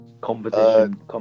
Competition